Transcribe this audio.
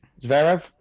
zverev